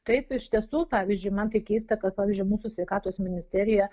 taip iš tiesų pavyzdžiui man tai keista kad pavyzdžiui mūsų sveikatos ministerija